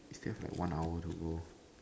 we still have like one hour to go